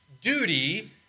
duty